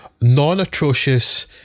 non-atrocious